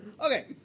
Okay